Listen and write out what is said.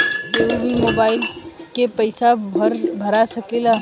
कन्हू भी मोबाइल के पैसा भरा सकीला?